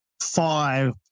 five